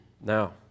now